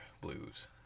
Blues